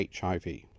HIV